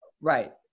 Right